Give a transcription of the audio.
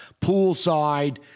poolside